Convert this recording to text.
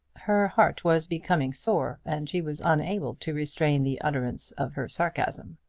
her heart was becoming sore, and she was unable to restrain the utterance of her sarcasm.